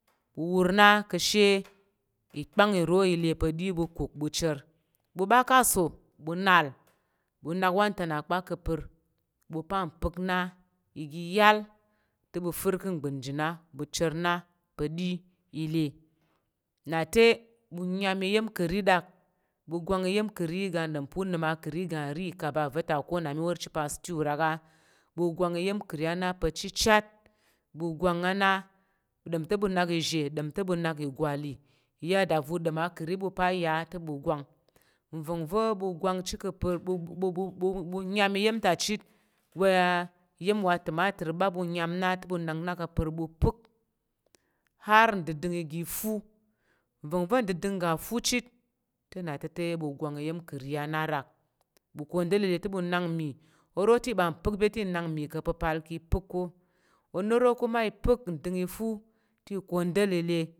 Ɓu wur na ka̱sha ikpáng iro ile pa̱ i ɓu kuk ɓu cher wuba ka so, ɓu nal ɓu nak wanta na kpa ká̱ pər ɓu pan pək na igi yal tewu fər ka̱ mbət ga na ɓu cher na pa̱ ɗi ile na te ɓu nyam iya̱m ka̱ ri rak ɓu gwang iya̱m kari gang dampe u nəm a ka ri gang ri ikaba va̱ta ko na mi wor chit pa ‘stew’ rak a wu kwam iyem kiri nak pacitcat wu gang ana don te wu nake izhe ɗom te wu nak igwali yadava u ɗom a ka̱ ri ɓu pa ya te ɓu gwang iya̱m va̱ wa kwan ci ka pur wu ɓu ɓum bu wu nyan nyan ta chit wa nya̱m wa tamatar aɓa ɓu nyan na te ɓu nak na ka̱ pər wu pək har ndidəng igi fu nvangva̱ ndidəng fu chit te na ta̱te ɓu gwang iya̱m ka̱ ri ana rak wu kwanal ile te ɓu nak mmi, oro te iban pək bet te inak mmi ke pepal ki pək ko onoro kuma i pəl nding i fu ti kwandal ile.